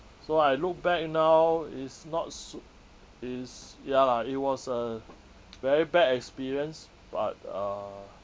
so I look back now is not su~ is ya lah it was a very bad experience but uh